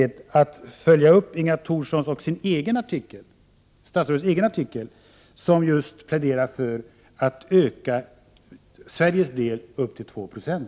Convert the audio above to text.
Avser regeringen vidta några åtgärder för att tillräcklig hänsyn skall kunna